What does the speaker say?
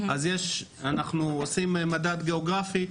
אנחנו עושים מדד גיאוגרפי,